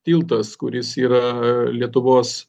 tiltas kuris yra lietuvos